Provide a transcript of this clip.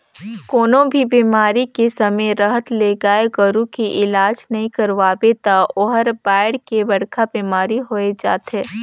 कोनों भी बेमारी के समे रहत ले गाय गोरु के इलाज नइ करवाबे त ओहर बायढ़ के बड़खा बेमारी होय जाथे